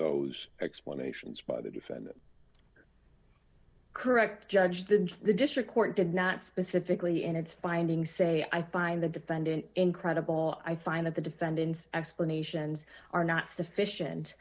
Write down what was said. those explanations by the defendant correct judge than the district court did not specifically in its findings say i find the defendant incredible i find of the defendant's explanations are not sufficient